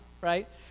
right